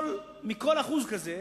מכל 1% כזה